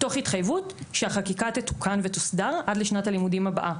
תוך התחייבות לכך שהחקיקה תתוקן ותוסדר עד לשנת הלימודים הבאה.